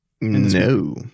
No